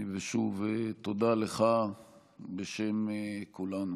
ושוב, תודה לך בשם כולנו.